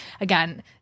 again